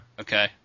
Okay